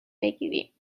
بگیریم